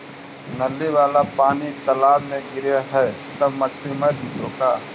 नली वाला पानी तालाव मे गिरे है त मछली मर जितै का?